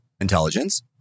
intelligence